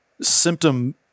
symptom